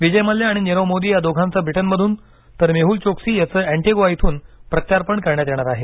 विजय मल्या आणि नीरव मोदी या दोघांचं ब्रिटनमधून तर मेहुल चोकसी याचं अँटिगुआ इथून प्रत्यार्पण करण्यात येणार आहे